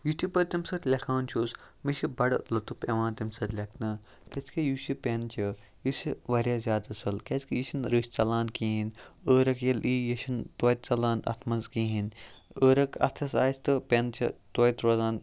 یُتھُے بہٕ تَمہِ سۭتۍ لٮ۪کھان چھُس مےٚ چھُ بَڑٕ لُطُف یِوان تَمہِ سۭتۍ لٮ۪کھنہٕ کِتھ کٔنۍ یُس یہِ پٮ۪ن چھُ یہِ سہِ واریاہ زیادٕ اَصٕل کیٛازِکہِ یہِ چھِنہٕ رِس ژَلان کِہیٖنۍ عٲرق ییٚلہِ یی یہِ چھُنہٕ تویتہِ ژَلان اَتھٕ منٛز کِہیٖنۍ عٲرق اَتھَس آسہِ تہٕ پٮ۪ن چھِ تویتہِ روزان